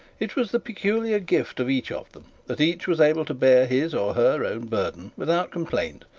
it was the peculiar gift of each of them that each was able to bear his or her own burden without complaint,